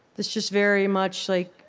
it's just very much, like,